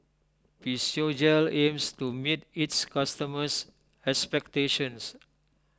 Physiogel aims to meet its customers' expectations